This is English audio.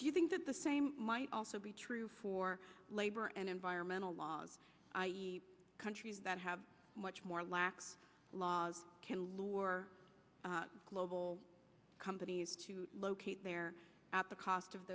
do you think that the same might also be true for labor and environmental laws countries that have much more lax laws to lure global companies locate there at the cost of